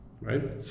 right